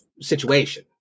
situation